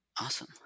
Awesome